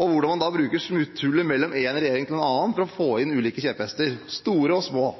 og hvordan man så bruker smutthullet mellom en regjering og en annen til å få inn ulike kjepphester – store og små.